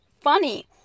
funny